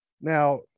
Now